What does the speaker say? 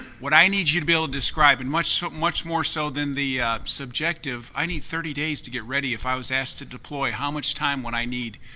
what i need you to be able to describe, and much so much more so than the subjective, i need thirty days to get ready. if i was asked to deploy, how much time would i need?